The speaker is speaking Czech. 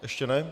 Ještě ne?